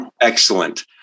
excellent